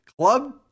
Club